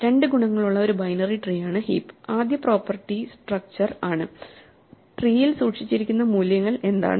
രണ്ട് ഗുണങ്ങളുള്ള ഒരു ബൈനറി ട്രീയാണ് ഹീപ്പ് ആദ്യ പ്രോപ്പർട്ടി സ്ട്രക്ച്ചർ ആണ് ട്രീയിൽ സൂക്ഷിച്ചിരിക്കുന്ന മൂല്യങ്ങൾ എന്താണ്